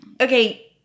Okay